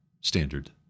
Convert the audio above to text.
standard